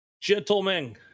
Gentlemen